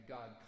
God